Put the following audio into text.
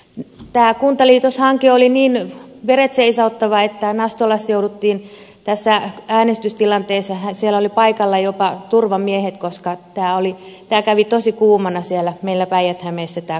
tämä kuntaliitoshanke oli niin veret seisauttava että nastolassa tässä äänestystilanteessa olivat paikalla jopa turvamiehet koska tämä kuntaliitosasia kävi tosi kuumana siellä meillä päijät hämeessä